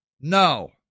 No